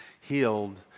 healed